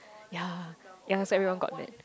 ya ya so everyone got mad